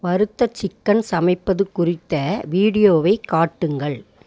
வறுத்த சிக்கன் சமைப்பது குறித்த வீடியோவைக் காட்டுங்கள்